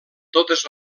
totes